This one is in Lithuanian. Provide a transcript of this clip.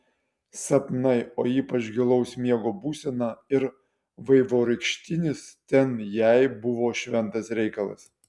sapnai o ypač gilaus miego būsena ir vaivorykštinis ten jai buvo šventas reikalas